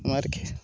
हमारे खे